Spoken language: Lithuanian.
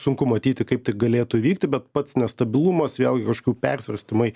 sunku matyti kaip tai galėtų įvykti bet pats nestabilumas vėlgi kažkokių persvarstymai